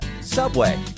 subway